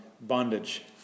bondage